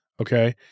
Okay